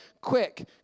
quick